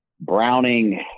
Browning